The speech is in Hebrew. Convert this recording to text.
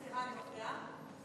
סליחה, אני מפריעה?